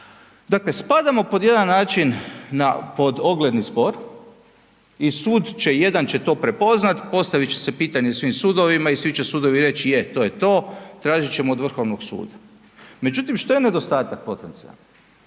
Dakle, spadamo pod jedan način pod ogledni spor i sud će jedan će to prepoznati, postavit će se pitanje svim sudovima i svi će sudovi reći je to je to, tražit ćemo od Vrhovnog suda. Međutim, što je nedostatak potencijalni?